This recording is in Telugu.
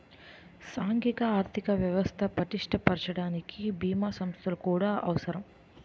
సాంఘిక ఆర్థిక వ్యవస్థ పటిష్ట పరచడానికి బీమా సంస్థలు కూడా అవసరం